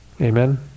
Amen